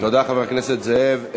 תודה, חבר הכנסת זאב.